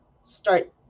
start